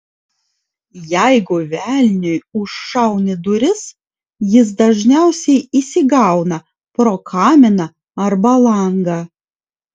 jeigu velniui užšauni duris jis dažniausiai įsigauna pro kaminą arba langą